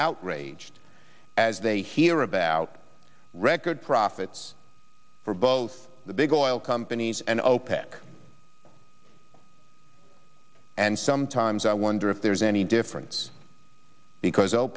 outraged as they hear about record profits for both the big oil companies and opec and sometimes i wonder if there's any difference because